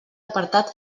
apartat